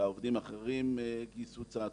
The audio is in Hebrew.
עובדים אחרים גם גייסו צעצועים,